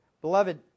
Beloved